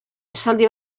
esaldi